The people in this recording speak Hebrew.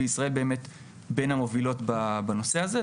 וישראל באמת בין המובילות בנושא הזה.